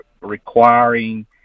requiring